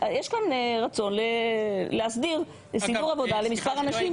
יש כאן רצון להסדיר סידור עבודה למספר אנשים.